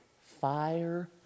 fire